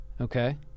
Okay